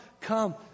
come